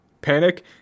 Panic